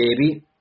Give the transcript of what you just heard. baby